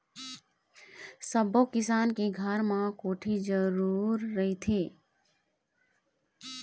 सब्बो किसान के घर म कोठी जरूर रहिथे